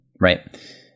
right